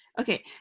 okay